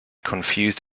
confused